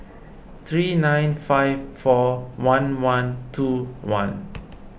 three nine five four one one two one